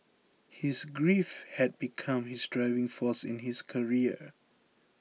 his grief had become his driving force in his career